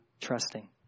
trusting